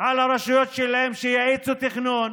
על הרשויות שלהם שיאיצו תכנון,